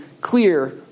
clear